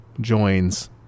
joins